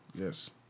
yes